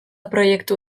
proiektu